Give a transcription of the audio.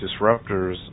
disruptors